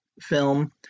film